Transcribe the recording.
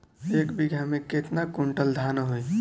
एक बीगहा में केतना कुंटल धान होई?